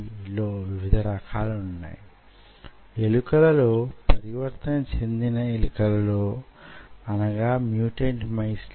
ఇది వూగిసలాడు తున్నప్పుడు ఎక్కడో ఒక చోట దాని కోణంలో జరిగే మార్పును కొలవొచ్చు